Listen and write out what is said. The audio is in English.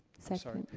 so sorry,